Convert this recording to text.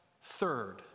third